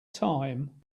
time